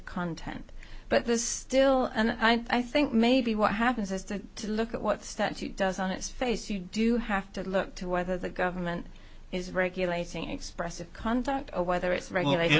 content but there's still and i think maybe what happens is to look at what statute does on its face you do have to look to whether the government is regulating expressive conduct or whether it's regulated